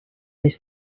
this